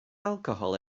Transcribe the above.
alcohol